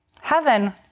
Heaven